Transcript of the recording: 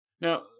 Now